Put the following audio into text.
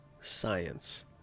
science